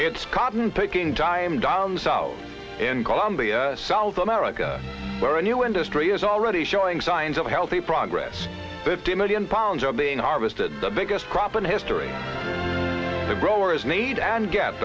its cotton picking time down south in columbia south america where a new industry is already showing signs of healthy progress fifty million pounds are being harvested the biggest crop in history the growers need and g